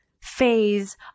phase